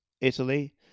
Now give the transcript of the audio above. Italy